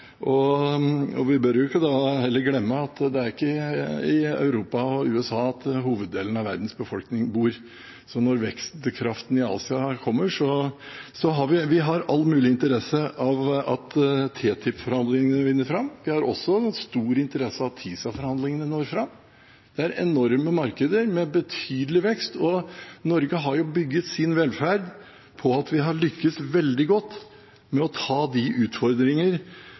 Vi bør heller ikke da glemme at det er ikke i Europa og USA at hoveddelen av verdens befolkning bor, så når vekstkraften i Asia kommer, har vi all mulig interesse av at TTIP-forhandlingene vinner fram. Vi har også stor interesse av at TISA-forhandlingene når fram. Det er enorme markeder, med betydelig vekst, og Norge har bygd sin velferd på at vi har lyktes veldig godt med å ta de utfordringer